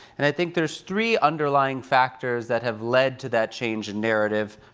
and i think there's three underlying factors that have led to that change in narrative,